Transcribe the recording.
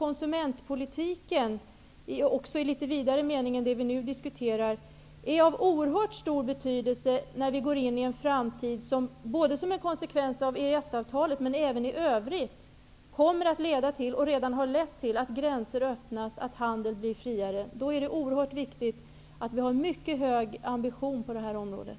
Konsumentpolitiken, också i litet vidare mening än vad vi nu diskuterar, är nämligen av oerhört stor betydelse i en framtid som, som en konsekvens av EES-avtalet men också i övrigt, kommer att innebära -- och redan har inneburit -- att gränser öppnas och att handeln blir friare. Det är då oerhört viktigt att vi har en mycket hög ambitionsnivå på det här området.